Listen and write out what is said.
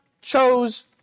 chose